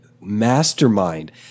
mastermind